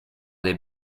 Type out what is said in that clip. des